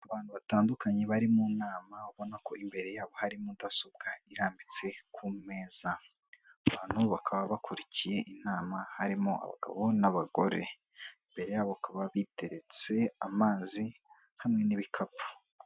Abantu batandukanye bari mu nama, ubona ko imbere yabo hari mudasobwa irambitse ku meza, abantu bakaba bakurikiye inama harimo abagabo n'abagore, imbere yabo bakaba biteretse amazi hamwe n'ibikapu.